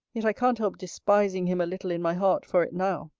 yet i can't help despising him a little in my heart for it now.